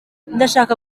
ndashaka